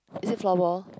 is it floorball